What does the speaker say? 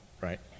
right